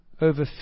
over